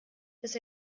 dass